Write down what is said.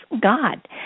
god